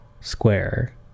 square